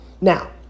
Now